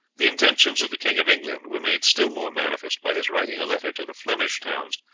the intentions of the king of england were made still more manifest by his writing a letter to the flemish towns,